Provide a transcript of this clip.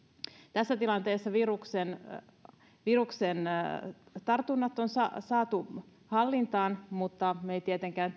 tässä tilanteessa viruksen viruksen tartunnat on saatu hallintaan mutta me emme tietenkään